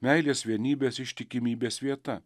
meilės vienybės ištikimybės vieta